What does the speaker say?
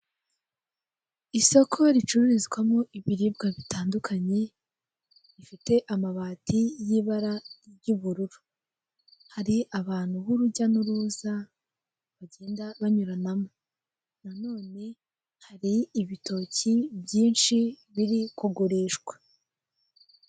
Isoko ricururizwamo ibiribwa bitandukanye rifite amabati y'ibara ry'ubururu. Hari abantu b'urujya n'uruza bagenda banyuranamo na none hari ibitoki byinshi biri kugurishwa.